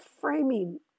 framing